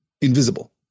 invisible